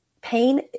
Pain